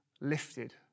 lifted